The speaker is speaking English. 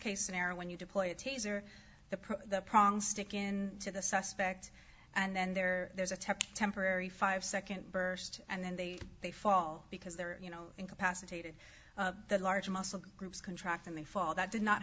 case scenario when you deploy a taser the pronk stickin to the suspect and then they're there's a tech temporary five second burst and then they they fall because they're you know incapacitated the large muscle groups contract and they fall that did not